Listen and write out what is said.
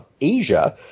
Asia